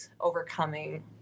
overcoming